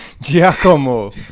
Giacomo